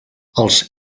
els